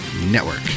network